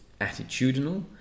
attitudinal